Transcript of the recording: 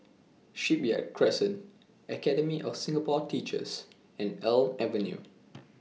Shipyard Crescent Academy of Singapore Teachers and Elm Avenue